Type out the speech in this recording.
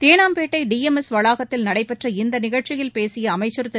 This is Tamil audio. தேனாம்பேட்டை டி எம் எஸ் வளாகத்தில் நடைபெற்ற இந்த நிகழ்ச்சியில் பேசிய அமைச்சர் திரு